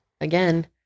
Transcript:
again